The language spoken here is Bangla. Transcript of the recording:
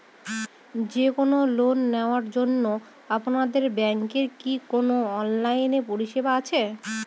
যে কোন লোন নেওয়ার জন্য আপনাদের ব্যাঙ্কের কি কোন অনলাইনে পরিষেবা আছে?